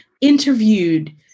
interviewed